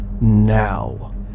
now